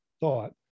thought